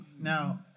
Now